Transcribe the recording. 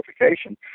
notification